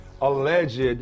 alleged